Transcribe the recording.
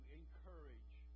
encourage